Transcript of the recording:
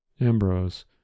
Ambrose